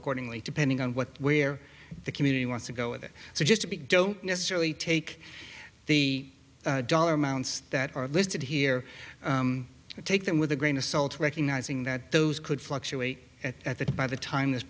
accordingly depending on what where the community wants to go with it so just to be don't necessarily take the dollar amounts that are listed here and take them with a grain of salt recognizing that those could fluctuate at that by the time this